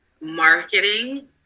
marketing